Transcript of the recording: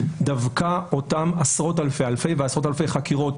דווקא אותן עשרות אלפי חקירות,